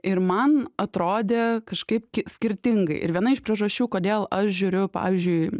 ir man atrodė kažkaip skirtingai ir viena iš priežasčių kodėl aš žiūriu pavyzdžiui